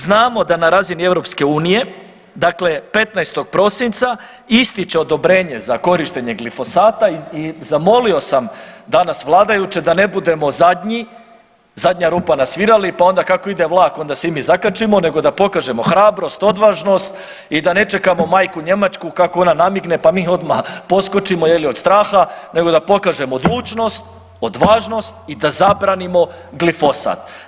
Znamo da na razini EU dakle 15. prosinca ističe odobrenje za korištenje glifosata i zamolio sam danas vladajuće da ne budemo zadnji, zadnja rupa na svirali pa onda kako ide vlak onda se i mi zakačimo nego da pokažemo hrabrost, odvažnost i da ne čekamo majku Njemačku kako ona namigne pa mi odmah poskočimo od straha nego da pokažemo odlučnost, odvažnost i da zabranimo glifosat.